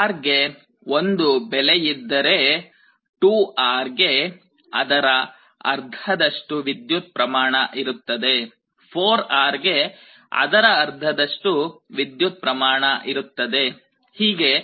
R ಗೆ ಒಂದು ಬೆಲೆವಿದ್ದರೆ 2R ಗೆ ಅದರ ಅರ್ಧದಷ್ಟು ವಿದ್ಯುತ್ ಪ್ರಮಾಣ ಇರುತ್ತದೆ 4R ಗೆ ಅದರ ಅರ್ಧದಷ್ಟು ವಿದ್ಯುತ್ ಪ್ರಮಾಣ ಇರುತ್ತದೆ ಹೀಗೆ